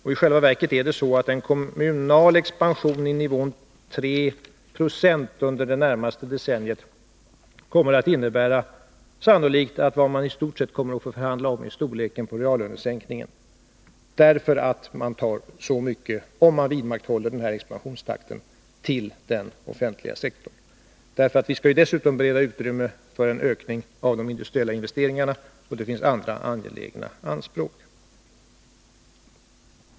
I själva verket kommer en kommunal expansion på nivån 3 90 under det närmaste decenniet sannolikt att innebära, att det man får förhandla om i stort sett är storleken på reallönesänkningarna — därför att man tar så mycket till den kommunala sektorn, om man vidmakthåller denna expansionstakt, att det inte blir något utrymme kvar. Vi skall ju dessutom bereda utrymme för de industriella investeringarna, och det finns andra angelägna anspråk.